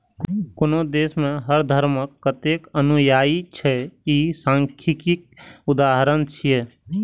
कोनो देश मे हर धर्मक कतेक अनुयायी छै, ई सांख्यिकीक उदाहरण छियै